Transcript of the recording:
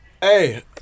Hey